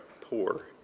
poor